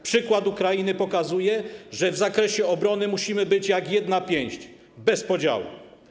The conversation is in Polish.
Przykład Ukrainy pokazuje, że w zakresie obrony musimy być jak jedna pięść, bez podziałów.